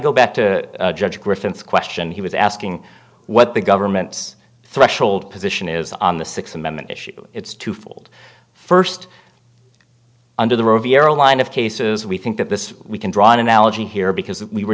go back to judge griffin's question he was asking what the government's threshold position is on the th amendment issue it's twofold st under the riviera line of cases we think that this we can draw an analogy here because if we were